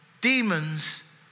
demons